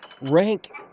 Rank